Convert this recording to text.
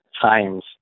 times